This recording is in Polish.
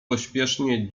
pośpiesznie